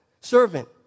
servant